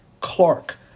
Clark